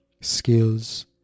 skills